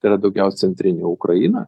tai yra daugiau centrinė ukraina